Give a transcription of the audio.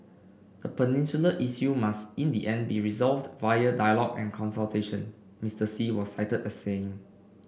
the peninsula issue must in the end be resolved via dialogue and consultation Mister Xi was cited as saying